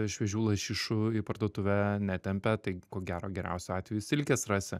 šviežių lašišų į parduotuvę netempia tai ko gero geriausiu atveju silkės rasi